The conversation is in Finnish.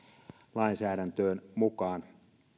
lainsäädäntöön mukaan